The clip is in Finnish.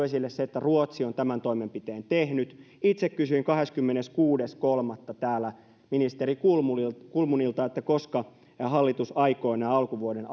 esille sen että ruotsi on tämän toimenpiteen tehnyt itse kysyin kahdeskymmeneskuudes kolmatta täällä ministeri kulmunilta kulmunilta koska hallitus aikoo nämä alkuvuoden